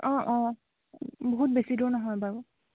অঁ অঁ বহুত বেছি দূৰ নহয় বাৰু